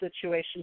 situation